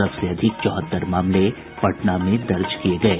सबसे अधिक चौहत्तर मामले पटना में दर्ज किये गये